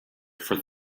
for